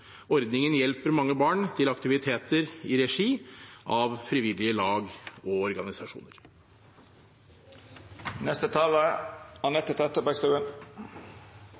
Ordningen hjelper mange barn til aktiviteter i regi av frivillige lag og